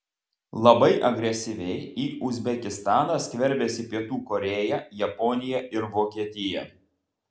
labai agresyviai į uzbekistaną skverbiasi pietų korėja japonija ir vokietija